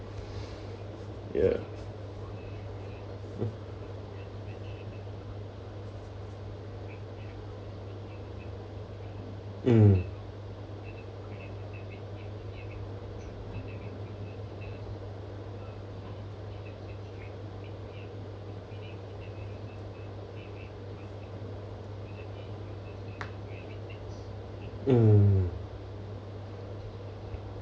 ya mm mm